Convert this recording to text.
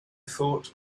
thought